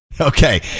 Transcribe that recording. Okay